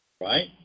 Right